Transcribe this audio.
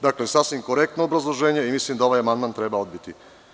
Dakle, sasvim korektno obrazloženje i mislim da ovaj amandman treba odbiti.